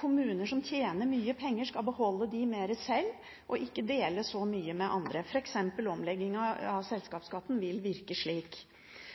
Kommuner som tjener mye penger, skal beholde mer av dem selv og ikke dele så mye med andre. For eksempel vil omleggingen av